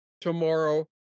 tomorrow